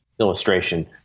illustration